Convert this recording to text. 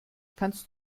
kannst